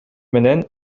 менен